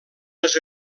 les